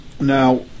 now